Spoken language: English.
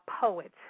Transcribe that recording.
poet